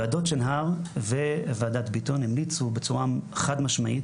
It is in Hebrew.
וועדות שנהר וועדת ביטון המליצו בצורה חד משמעית,